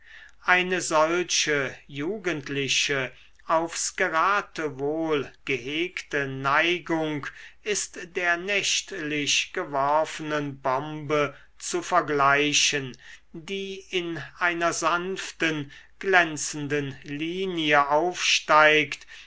eine solche jugendliche aufs geratewohl gehegte neigung ist der nächtlich geworfenen bombe zu vergleichen die in einer sanften glänzenden linie aufsteigt